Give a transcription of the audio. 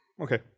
okay